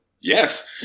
yes